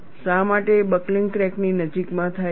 શા માટે બકલિંગ ક્રેકની નજીકમાં થાય છે